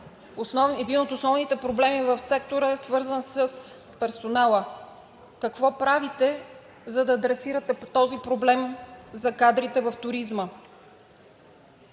един от основните проблеми в сектора е свързан с персонала. Какво правите, за да адресирате по този проблем – за кадрите в туризма?